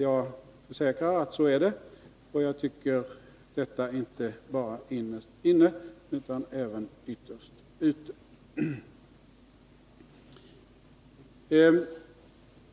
Jag försäkrar att så är det, och jag tycker det inte bara innerst inne utan även ytterst ute.